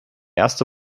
erste